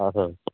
ହେଉ